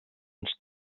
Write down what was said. ens